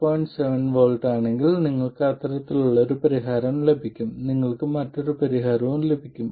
7 V ആണെങ്കിൽ നിങ്ങൾക്ക് അത്തരത്തിലുള്ള ഒരു പരിഹാരം ലഭിക്കും നിങ്ങൾക്ക് മറ്റൊരു പരിഹാരം ലഭിക്കും